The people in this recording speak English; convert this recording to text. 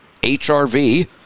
HRV